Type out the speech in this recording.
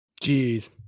Jeez